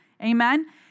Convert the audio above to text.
amen